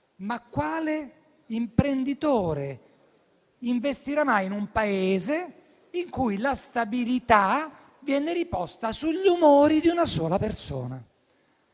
quale imprenditore investirà mai in un Paese in cui la stabilità viene riposta sugli umori di una sola persona?